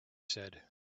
said